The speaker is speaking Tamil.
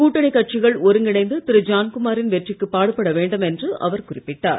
கூட்டணி கட்சிகள் ஒருங்கிணைந்து திரு ஜான்குமாரின் வெற்றிக்கு பாடுபட வேண்டும் என்று அவர் குறிப்பிட்டார்